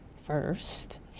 first